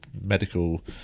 medical